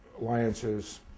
alliances